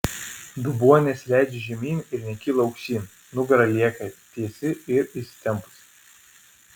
dubuo nesileidžia žemyn ir nekyla aukštyn nugara lieka tiesi ir įsitempusi